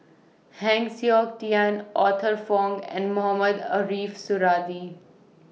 Heng Siok Tian Arthur Fong and Mohamed Ariff Suradi